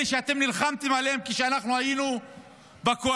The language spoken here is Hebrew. אלה שאתם נלחמתם עליהם כשאנחנו היינו בקואליציה,